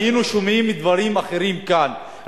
היינו שומעים דברים אחרים כאן,